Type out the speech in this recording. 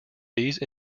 these